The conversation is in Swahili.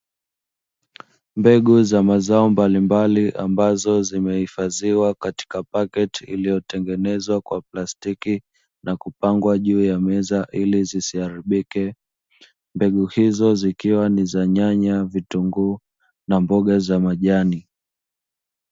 Mbegu za mazao mbalimbali zikiwa zimehifadhiwa katika paketi iliyo tengenezwa kwa plastiki na kupangwa juu ya meza ili zisiharibike mbegu izo zikiwa za nyanya, vitunguu na mboga za majani.